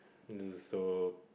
this is so